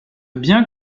bien